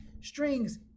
strings